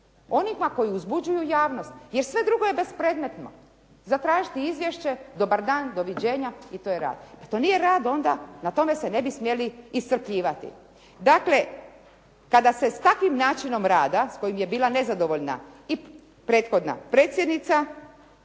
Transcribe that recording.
oni pak uzbuđuju javnost, jer sve drugo je bespredmetno zatražiti izvješće, dobar dan, doviđenja i to je rad. I to nije rad i na to se ne bi smjeli iscrpljivati. Dakle, kada se s takvim načinom rada s kojim je bila nezadovoljna i prethodna predsjednica,